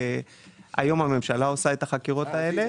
היום הממשלה עושה את החקירות האלה